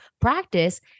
practice